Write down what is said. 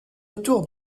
autour